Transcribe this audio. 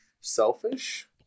selfish